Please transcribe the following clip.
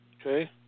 Okay